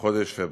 בחודש פברואר.